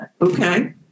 Okay